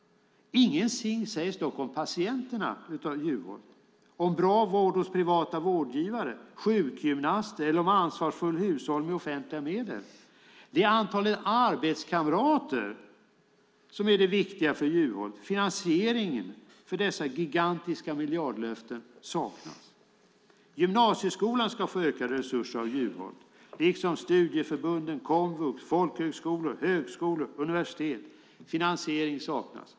Ingenting sägs dock om patienterna av Juholt, om bra vård hos privata vårdgivare, sjukgymnaster eller om ansvarsfull hushållning med offentliga medel. Det är antalet arbetskamrater som är det viktiga för Juholt. Finansieringen av dessa gigantiska miljardlöften saknas. Gymnasieskolan ska få ökade resurser av Juholt, liksom studieförbunden, komvux, folkhögskolor, högskolor och universitet. Finansiering saknas.